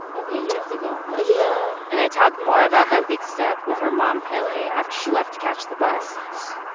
ok, you have to go, hon yeah and i talk more about that big step with her mom pele after she left to catch the bus